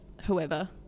whoever